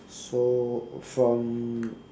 so from